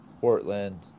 Portland